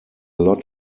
lot